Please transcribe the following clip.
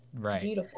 Right